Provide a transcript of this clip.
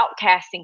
outcasting